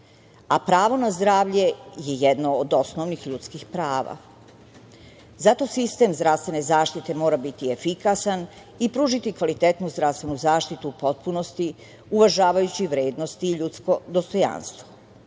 na zdravlje je jedno od osnovnih ljudskih prava. Zato sistem zdravstven zaštite mora biti efikasan i pružiti kvalitetnu zdravstvenu zaštitu u potpunosti uvažavajući vrednosti i ljudsko dostojanstvo.